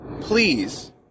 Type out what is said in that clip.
please